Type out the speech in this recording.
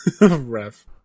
Ref